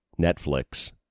Netflix